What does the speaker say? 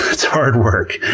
it's hard work,